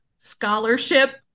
scholarship